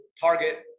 target